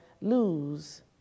lose